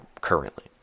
currently